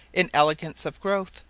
in elegance of growth,